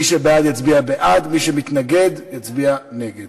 מי שבעד יצביע בעד, מי שמתנגד יצביע נגד.